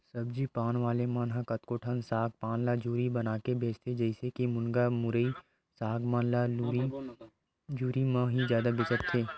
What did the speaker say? सब्जी पान वाले मन ह कतको ठन साग पान ल जुरी बनाके बेंचथे, जइसे के मुनगा, मुरई, साग मन ल जुरी म ही जादा बेंचत दिखथे